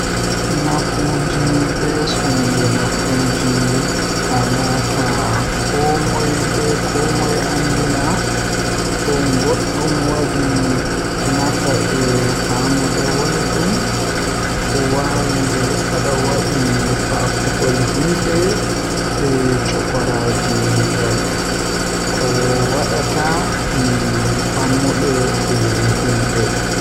Nafuuji be soinde nafuuji alaata komoi be komoi andi ma Ko goɗɗum waɗi nafa e famɗude woni ɗum o waɗi aɗa waɗi faabugol yimɓe e cuɓoraaji ngal. Ko waɗata mi faamude ko yimɓe.